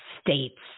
states